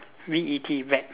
V E T vet